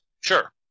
sure